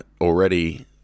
already